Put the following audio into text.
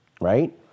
right